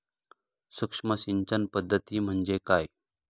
सूक्ष्म सिंचन पद्धती म्हणजे काय?